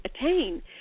attain